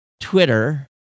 Twitter